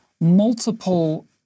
multiple